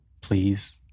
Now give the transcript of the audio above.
please